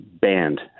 Banned